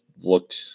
looked